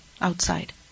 outside